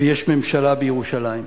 ויש ממשלה בירושלים,